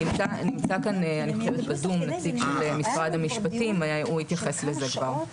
אני חושבת שנמצא כאן בזום נציג של משרד המשפטים והוא יתייחס לזה כבר.